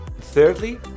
Thirdly